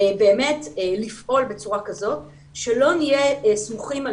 באמת לפעול בצורה כזאת שלא נהיה סמוכים על